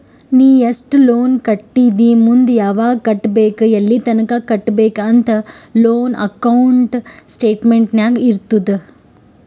ನೀ ಎಸ್ಟ್ ಲೋನ್ ಕಟ್ಟಿದಿ ಮುಂದ್ ಯಾವಗ್ ಕಟ್ಟಬೇಕ್ ಎಲ್ಲಿತನ ಕಟ್ಟಬೇಕ ಅಂತ್ ಲೋನ್ ಅಕೌಂಟ್ ಸ್ಟೇಟ್ಮೆಂಟ್ ನಾಗ್ ಇರ್ತುದ್